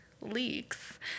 leaks